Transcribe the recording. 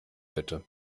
bitte